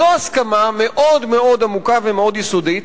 זו הסכמה מאוד מאוד עמוקה ומאוד יסודית,